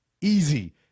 easy